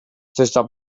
zesta